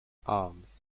arms